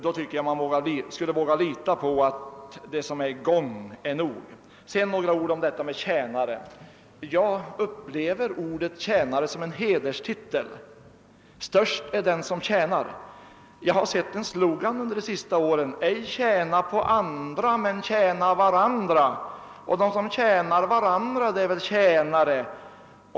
Då tycker jag att man borde våga lita på att det som är på gång är nog. Jag upplever ordet »tjänare» som en hedersbenämning. »Störst är den som tjänar.» Jag har sett en slogan från KF under de senaste åren: »Ej tjäna på andra men tjäna varandra.« De som tjänar varandra är väl tjänare.